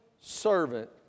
servant